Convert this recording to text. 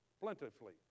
plentifully